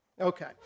Okay